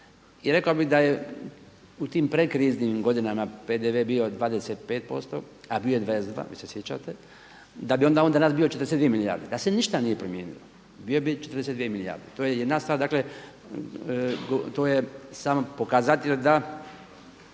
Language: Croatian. i rekao bih da je u tim predkriznim godinama PDV bio 25%, a bio je 22% vi se sjećate, da bi on danas bio 42 milijarde da se ništa nije promijenilo bio bi 42 milijarde. To je jedna stvar, to je samo pokazatelj da